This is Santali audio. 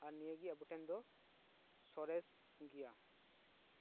ᱟᱨ ᱱᱤᱭᱟᱹ ᱜᱮ ᱟᱵᱚ ᱴᱷᱮᱱ ᱫᱚ ᱥᱚᱨᱮᱥ ᱜᱮᱭᱟ